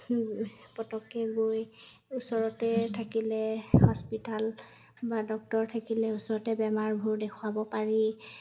পটককৈ গৈ ওচৰতে থাকিলে হস্পিটেল বা ডক্তৰ থাকিলে ওচৰতে বেমাৰবোৰ দেখুৱাব পাৰি